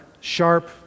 sharp